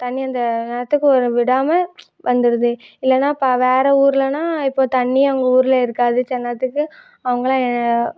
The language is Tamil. தண்ணி அந்த நேரத்துக்கு ஒரு விடாமல் வந்துடுது இல்லைன்னா ப வேறு ஊருலேன்னா இப்போ தண்ணி அவங்க ஊரில் இருக்காது சில நேரத்துக்கு அவங்களாம்